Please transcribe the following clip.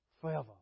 forever